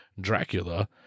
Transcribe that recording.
Dracula